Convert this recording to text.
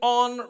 on